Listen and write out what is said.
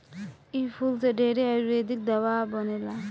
इ फूल से ढेरे आयुर्वेदिक दावा बनेला